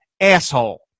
asshole